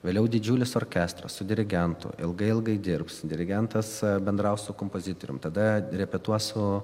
vėliau didžiulis orkestras su dirigentu ilgai ilgai dirbs dirigentas bendraus su kompozitorium tada repetuos su